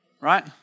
Right